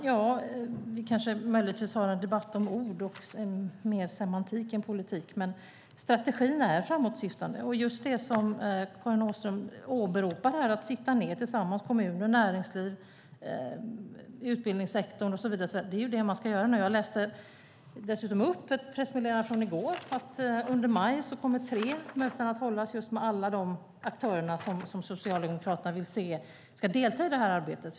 Fru talman! Vi kanske har en debatt om ord och mer semantik än politik. Men strategin är framåtsyftande - just det som Karin Åström åberopar här, att kommuner, näringsliv och utbildningssektorn ska sitta ned tillsammans. Det är det man ska göra nu. Jag läste dessutom upp ett pressmeddelande från i förrgår som handlar om att under maj kommer tre möten att hållas med alla de aktörer som Socialdemokraterna vill ska delta i detta arbete.